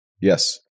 Yes